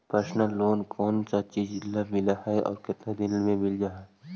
Personal loan कोन कोन चिज ल मिल है और केतना दिन में मिल जा है?